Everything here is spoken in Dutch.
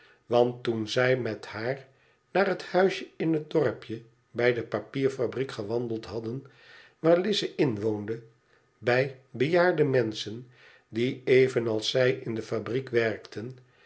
want toen zij met haar naar het huisje in het dorpje bij de papierfabriek gewandeld hadden waar lize inwoonde bij bejaarde menschen die even als zij in de fabriek werkten